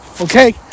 Okay